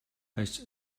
als